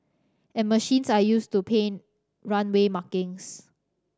and machines are used to paint runway markings